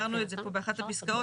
הערנו את זה פה באחת הפסקאות.